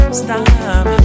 stop